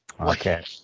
okay